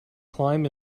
climb